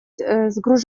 сгружать